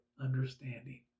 understanding